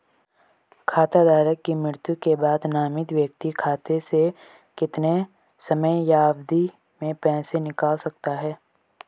खाता धारक की मृत्यु के बाद नामित व्यक्ति खाते से कितने समयावधि में पैसे निकाल सकता है?